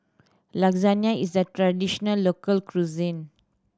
lasagne is a traditional local cuisine